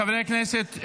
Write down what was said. חברי הכנסת,